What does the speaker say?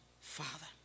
Father